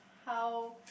how